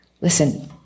Listen